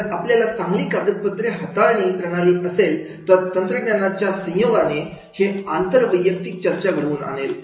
जर आपल्याला चांगली कागदपत्रे हाताळणारी प्रणाली असेल तर तंत्रज्ञानाच्या संयोगाने हे अंतर वैयक्तिक चर्चा घडवून आणेल